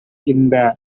இந்த